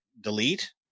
delete